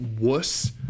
wuss